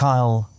Kyle